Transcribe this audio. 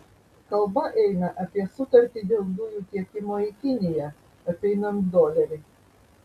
kalba eina apie sutartį dėl dujų tiekimo į kiniją apeinant dolerį